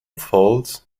faults